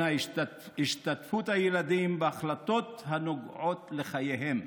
השתתפות הילדים בהחלטות הנוגעות לחייהם,